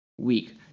Week